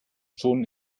schon